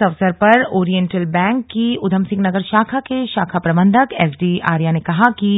इस अवसर पर ओरिएंटल बैंक की उधमसिंह नगर शाखा के शाखा प्रबन्धक एसडी आर्या ने कहा कि